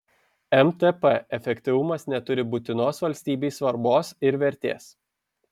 mtp efektyvumas neturi būtinos valstybei svarbos ir vertės